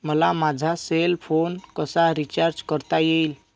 मला माझा cell phone कसा रिचार्ज करता येईल?